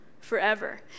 forever